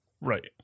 right